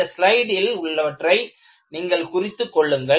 இந்த ஸ்லைடில் உள்ளவற்றை நீங்கள் குறித்துக் கொள்ளுங்கள்